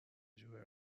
جورایی